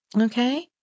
Okay